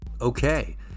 Okay